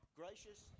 gracious